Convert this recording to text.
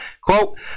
quote